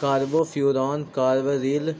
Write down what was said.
carbofuran, carbaryl,